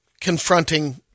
confronting